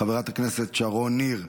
חברת הכנסת שרון ניר,